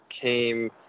came